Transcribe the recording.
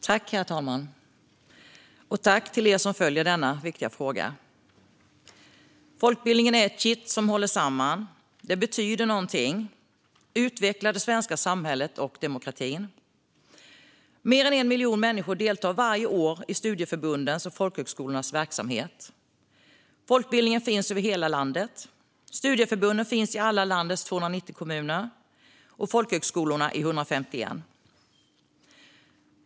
Herr talman! Tack till er som följer denna viktiga fråga! Folkbildningen är ett kitt som håller samman. Det betyder någonting. Det utvecklar det svenska samhället och den svenska demokratin. Mer än 1 miljon människor deltar varje år i studieförbundens och folkhögskolornas verksamhet. Folkbildningen finns över hela landet. Studieförbunden finns i alla landets 290 kommuner och folkhögskolorna i 151.